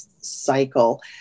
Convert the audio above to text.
cycle